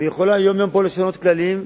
ויכולה יום-יום פה לשנות כללים,